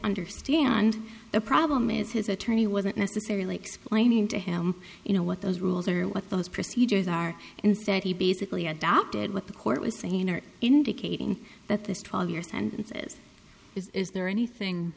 understand the problem is his attorney wasn't necessarily explaining to him you know what those rules are what those procedures are and said he basically adopted what the court was saying or indicating that this twelve years and says is there anything